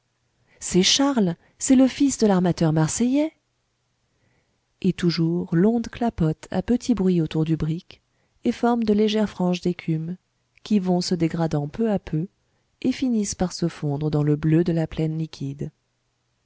c'est charles c'est le fils de l'armateur marseillais et toujours l'onde clapote à petit bruit autour du brick et forme de légères franges d'écume qui vont se dégradant peu à peu et finissent par se fondre dans le bleu de la plaine liquide